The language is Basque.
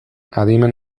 adimen